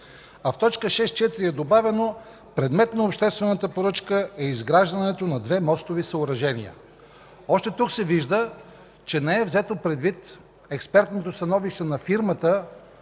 а в т. 6.4 е добавено: „Предмет на обществената поръчка е изграждането на две мостови съоръжения”. Още тук се вижда, че не е взето предвид експертното становище на фирмата,